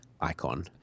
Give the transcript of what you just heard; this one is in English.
icon